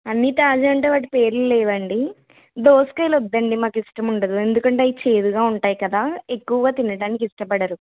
అన్నీ తాజా అంటే వాటి పేర్లు లేవా అండి దోసకాయలు వద్దండి మాకు ఇష్టం ఉండదు ఎందుకంటే అవి చేదుగా ఉంటాయి కదా ఎక్కువగా తినడానికి ఇష్టపడరు